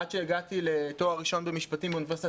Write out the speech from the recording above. עד שהגעתי לתואר ראשון במשפטים באוניברסיטת